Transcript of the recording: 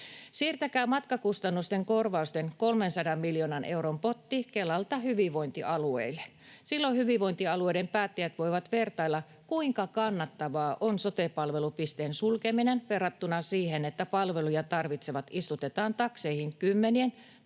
Siirtäkää matkakustannusten korvausten 300 miljoonan euron potti Kelalta hyvinvointialueille. Silloin hyvinvointialueiden päättäjät voivat vertailla, kuinka kannattavaa on sote-palvelupisteen sulkeminen verrattuna siihen, että palveluja tarvitsevat istutetaan takseihin kymmenien